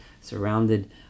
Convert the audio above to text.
surrounded